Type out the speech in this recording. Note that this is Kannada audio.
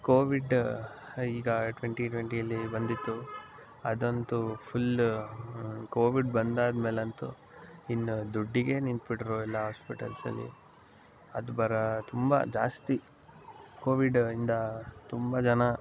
ಕೋವಿಡ್ ಈಗ ಟ್ವೆಂಟಿ ಟ್ವೆಂಟಿಯಲ್ಲಿ ಬಂದಿತ್ತು ಅದಂತೂ ಫುಲ್ಲು ಕೋವಿಡ್ ಬಂದಾದಮೇಲೆ ಅಂತೂ ಇನ್ನು ದುಡ್ಡಿಗೆ ನಿಂತ್ಬಿಟ್ಟರು ಎಲ್ಲ ಆಸ್ಪೆಟಲ್ಸಲ್ಲಿ ಅದು ಬರ ತುಂಬ ಜಾಸ್ತಿ ಕೋವಿಡ್ಯಿಂದ ತುಂಬ ಜನ